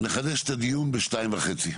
נחדש את הדיון ב-14:30.